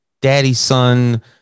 daddy-son